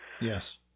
Yes